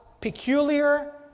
peculiar